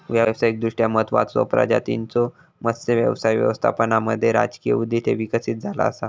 व्यावसायिकदृष्ट्या महत्त्वाचचो प्रजातींच्यो मत्स्य व्यवसाय व्यवस्थापनामध्ये राजकीय उद्दिष्टे विकसित झाला असा